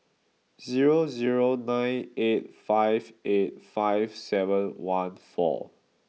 zero zero nine eight five eight five seven one four